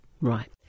Right